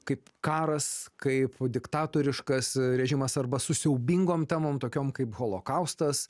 kaip karas kaip diktatoriškas režimas arba su siaubingom temom tokiom kaip holokaustas